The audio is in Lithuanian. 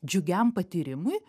džiugiam patyrimui